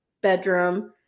bedroom